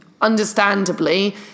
understandably